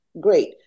Great